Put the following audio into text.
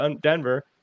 denver